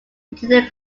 between